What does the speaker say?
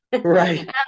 Right